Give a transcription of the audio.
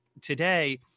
today